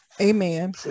Amen